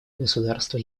государства